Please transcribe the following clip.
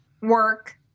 work